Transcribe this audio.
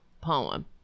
poem